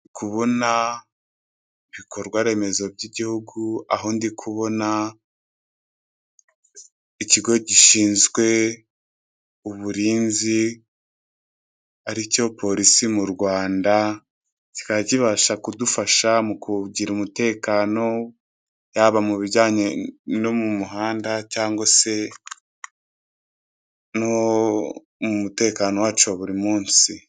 Ndi kubona ibikorwaremezo by'igihugu aho ndi kubona ikigo gishinzwe uburinzi aricyo Polisi mu Rwanda kikaba kibasha kudufasha kugira umutekano yaba mu bijyanye no mu muhanda cyangwa se no mu mutekano wacu wa buri munsi.